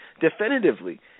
definitively